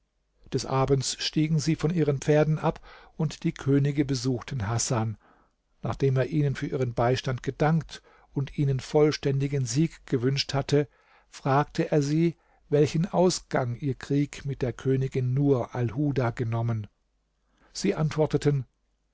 des abends stiegen sie von ihren pferden ab und die könige besuchten hasan nachdem er ihnen für ihren beistand gedankt und ihnen vollständigen sieg gewünscht hatte fragte er sie welchen ausgang ihr krieg mit der königin nur alhuda genommen sie antworteten